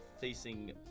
facing